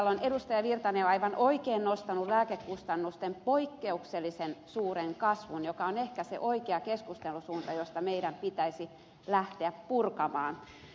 erkki virtanen jo aivan oikein nostanut esiin lääkekustannusten poikkeuksellisen suuren kasvun joka on ehkä se oikea keskustelun suunta josta meidän pitäisi lähteä purkamaan